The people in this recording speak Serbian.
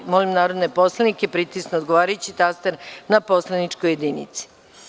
Molim narodne poslanike da pritisnu odgovarajući taster na poslaničkoj jedinici.